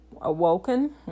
awoken